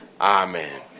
Amen